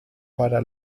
para